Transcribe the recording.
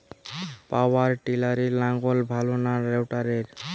পাওয়ার টিলারে লাঙ্গল ভালো না রোটারের?